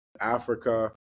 Africa